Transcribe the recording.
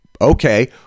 okay